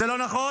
זה לא נכון?